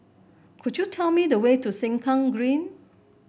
could you tell me the way to Sengkang Green